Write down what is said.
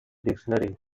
dictionary